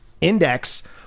index